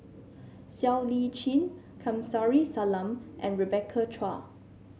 Siow Lee Chin Kamsari Salam and Rebecca Chua